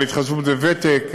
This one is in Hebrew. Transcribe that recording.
על התחשבות בוותק,